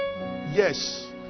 Yes